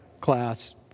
class